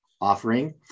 offering